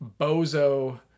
Bozo